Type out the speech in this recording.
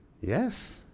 Yes